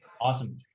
Awesome